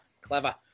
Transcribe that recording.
Clever